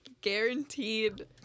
guaranteed